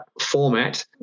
format